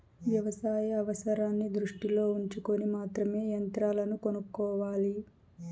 వ్యవసాయ అవసరాన్ని దృష్టిలో ఉంచుకొని మాత్రమే యంత్రాలను కొనుక్కోవాలి